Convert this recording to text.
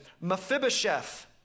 Mephibosheth